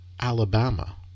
Alabama